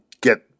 get